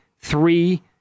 three